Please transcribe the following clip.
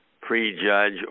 prejudge